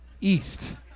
east